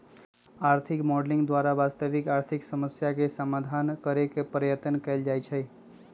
आर्थिक मॉडलिंग द्वारा वास्तविक आर्थिक समस्याके समाधान करेके पर्यतन कएल जाए छै